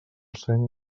seny